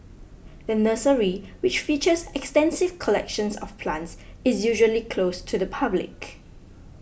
the nursery which features extensive collections of plants is usually closed to the public